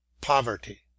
poverty